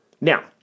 Now